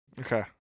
Okay